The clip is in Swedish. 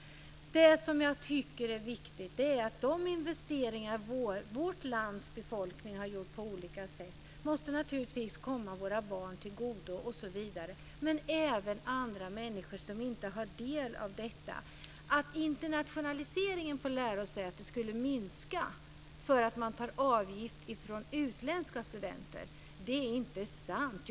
Jag tycker att det är viktigt att de investeringar vårt lands befolkning har gjort på olika sätt ska komma våra barn till godo. Men det gäller även andra människor som inte har del i detta. Att internationaliseringen på lärosätena skulle minska om man tar in avgifter från utländska studenter är inte sant.